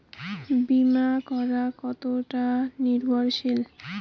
বীমা করা কতোটা নির্ভরশীল?